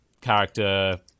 character